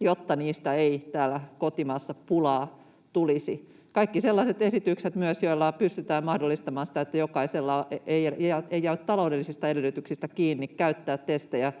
jotta niistä ei täällä kotimaassa pulaa tulisi. Myös kaikki sellaiset esitykset, joilla pystytään mahdollistamaan sitä, että kenelläkään ei jää taloudellisista edellytyksistä kiinni käyttää testejä,